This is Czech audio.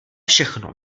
všechno